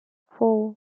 four